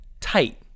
tight